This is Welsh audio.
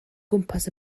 gwmpas